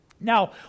Now